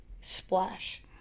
splash